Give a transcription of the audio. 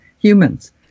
humans